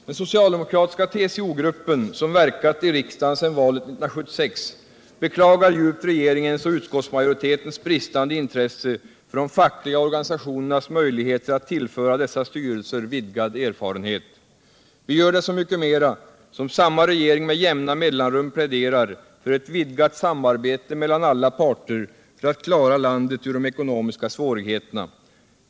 Den socialdemokratiska TCO-gruppen, som verkat i riksdagen sedan valet 1976, beklagar djupt regeringens och utskottsmajoritetens bristande intresse för de fackliga organisationernas möjligheter att tillföra dessa Nr 56 styrelser vidgad erfarenhet. Vi gör det så mycket mera som samma regering med jämna mellanrum pläderar för ett vidgat samarbete mellan alla parter för att klara landet över de ekonomiska svårigheterna.